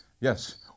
Yes